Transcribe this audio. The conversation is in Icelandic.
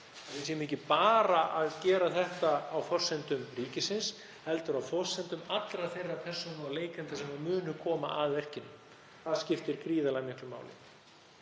þetta ekki bara á forsendum ríkisins heldur á forsendum allra þeirra persóna og leikenda sem munu koma að verkinu. Það skiptir gríðarlega miklu máli.